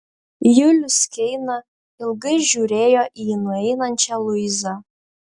julius keina ilgai žiūrėjo į nueinančią luizą